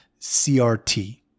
CRT